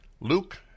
Luke